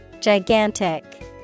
Gigantic